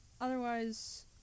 otherwise